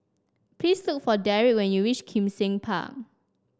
please look for Darrick when you reach Kim Seng Park